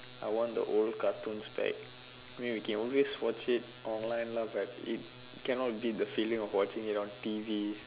I want the old cartoons back I mean you can always watch it online lah but it cannot be the feeling of watching it on T_V